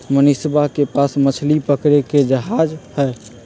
मनीषवा के पास मछली पकड़े के जहाज हई